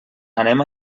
anem